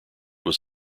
was